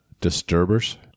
Disturbers